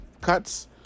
Cuts